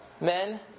men